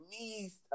least